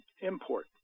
import